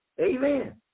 amen